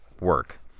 work